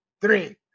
three